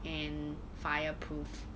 and fire proof